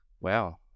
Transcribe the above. Wow